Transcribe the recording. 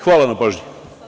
Hvala na pažnji.